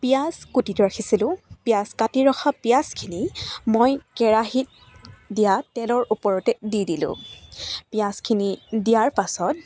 পিঁয়াজ কুটি ৰাখিছিলোঁ পিঁয়াজ কাটি ৰখা পিঁয়াজখিনি মই কেৰাহিত দিয়া তেলৰ ওপৰতে দি দিলোঁ পিঁয়াজখিনি দিয়াৰ পাছত